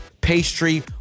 pastry